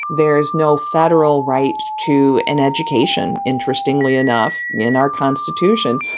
there is no federal right to an education. interestingly enough, in our constitution.